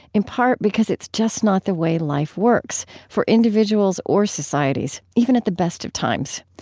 in part because it's just not the way life works, for individuals or societies, even at the best of times.